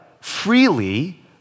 freely